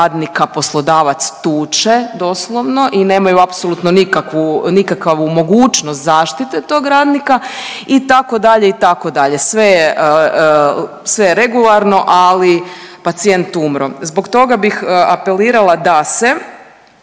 poslodavac tuče doslovno i nemaju apsolutno nikakvu, nikakovu mogućnost zaštite tog radnika itd., itd., sve je, sve je regularno, ali pacijent umro. Zbog toga bih apelirala da se,